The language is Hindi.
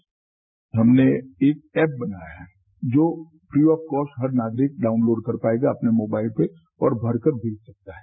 बाईट हमने एक एप बनाया है जो फ्री ऑफ कॉस्ट हर नागरिक डाउनलोड कर पाएगा अपने मोबाइल पे और भरकर दे सकता है